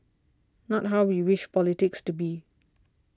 not how we wish politics to be